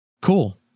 cool